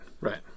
Right